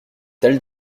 tels